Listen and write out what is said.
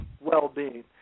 well-being